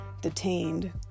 detained